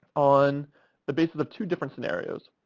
on the basis of two different scenarios